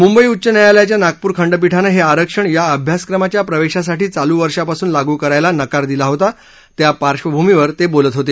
मुंबई उच्च न्यायालयाच्या नागपूर खंडपीठानं हे आरक्षण या अभ्यासक्रमाच्या प्रवेशासाठी चालू वर्षापासून लागू करण्यास नकार दिला होता त्या पार्श्वभूमीवर ते बोलत होते